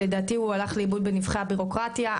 לדעתי הוא הלך לאיבוד בנבכי הבירוקרטיה.